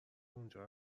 اونجا